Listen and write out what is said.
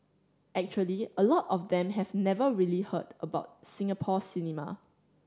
actually a lot of them have never really heard about Singapore cinema